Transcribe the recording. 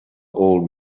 old